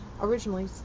originally